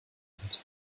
eröffnet